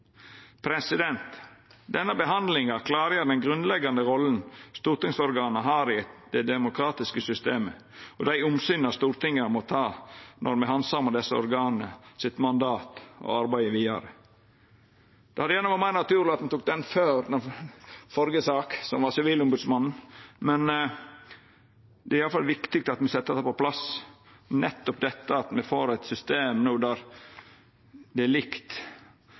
Denne behandlinga klargjer den grunnleggjande rolla stortingsorgana har i det demokratiske systemet, og dei omsyna Stortinget må ta når me handsamar mandatet til desse organa og arbeidet vidare. Det hadde gjerne vore meir naturleg at me tok denne saka før førre sak, som var om Sivilombodsmannen, men det er i alle fall viktig at me får dette på plass. Nettopp det at me får eit system no der det er likt